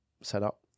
setup